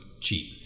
cheap